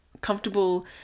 comfortable